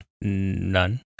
None